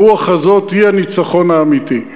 הרוח הזאת היא הניצחון האמיתי.